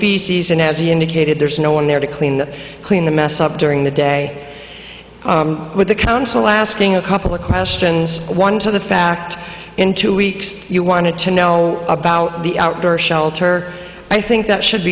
and as he indicated there's no one there to clean clean the mess up during the day with the council asking a couple of questions one to the fact in two weeks you wanted to know about the outdoor shelter i think that should